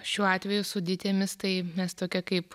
šiuo atveju su dytėmis tai mes tokia kaip